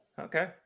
Okay